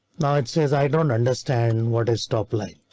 now it says i don't understand what is top like,